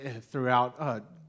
throughout